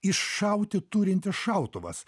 iššauti turintis šautuvas